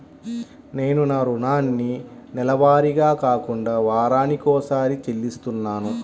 నేను నా రుణాన్ని నెలవారీగా కాకుండా వారానికోసారి చెల్లిస్తున్నాను